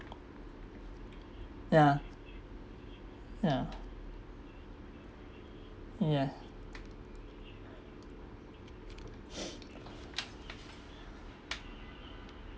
ya ya ya